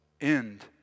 end